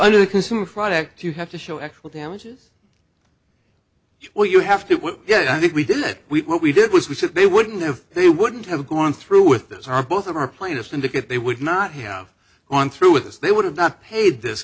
under the consumer product you have to show actual damages well you have to yeah i think we did we were we did was we said they wouldn't have they wouldn't have gone through with those are both of our plaintiffs indicate they would not have gone through with this they would have not paid this